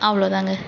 அவ்ளோ தாங்க